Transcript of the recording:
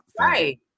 right